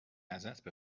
ازت